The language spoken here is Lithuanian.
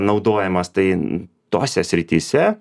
naudojimas tai tose srityse